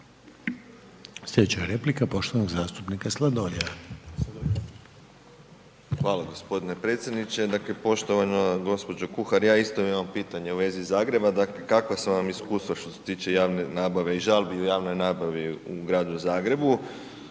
Slijedeća replika poštovanog zastupnika Sladoljeva. **Sladoljev, Marko (MOST)** Hvala g. predsjedniče. Dakle, poštovana gđo. Kuhar, ja isto imam pitanje u vezi Zagreba, dakle kakva su vam iskustva što se tiče javne nabave i žalbi u javnoj nabavi u Gradu Zagrebu?